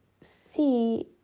see